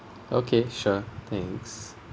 okay sure thanks